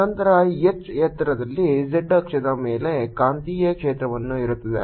ನಂತರ h ಎತ್ತರದಲ್ಲಿ z ಅಕ್ಷದ ಮೇಲೆ ಕಾಂತೀಯ ಕ್ಷೇತ್ರವು ಇರುತ್ತದೆ